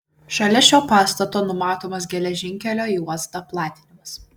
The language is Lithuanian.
šalia šio pastato numatomas geležinkelio į uostą platinimas